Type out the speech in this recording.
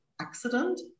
accident